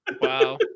Wow